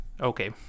okay